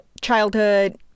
childhood